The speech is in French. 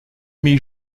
mis